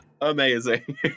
amazing